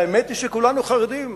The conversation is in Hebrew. והאמת היא שכולנו חרדים.